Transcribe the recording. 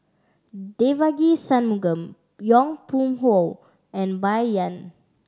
Devagi Sanmugam Yong Pung How and Bai Yan